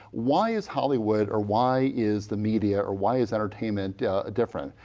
why is hollywood or why is the media or why is entertainment different.